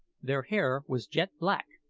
their hair was jet black,